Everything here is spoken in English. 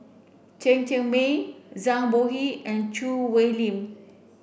Chen Cheng Mei Zhang Bohe and Choo Hwee Lim